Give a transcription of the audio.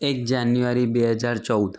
એક જાન્યુઆરી બે હજાર ચૌદ